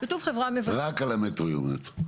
רק על המטרו היא אומרת.